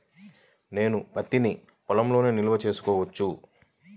నేను పత్తి నీ పొలంలోనే నిల్వ చేసుకోవచ్చా?